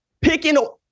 picking